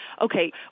okay